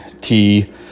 tea